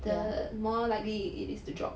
the more likely it is to drop